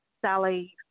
Sally